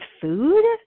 food